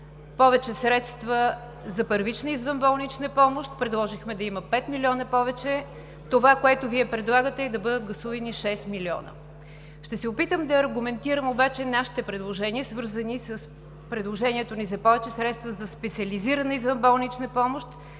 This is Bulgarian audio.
повече средства за първична извънболнична помощ – предложихме да има пет милиона повече, а това, което Вие предлагате, е да бъдат гласувани шест милиона. Ще се опитам да аргументирам обаче нашите предложения, свързани с предложението ни за повече средства за специализираната извънболнична помощ,